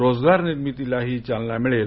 रोजगार निर्मितीलाही चालना मिळेल